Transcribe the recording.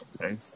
Okay